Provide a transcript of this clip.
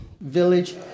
village